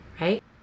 Right